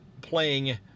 playing